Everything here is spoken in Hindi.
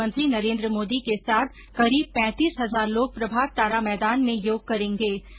प्रधानमंत्री नरेन्द्र मोदी के साथ करीब पैंतीस हजार लोग प्रभात तारा मैदान में योग करेंगे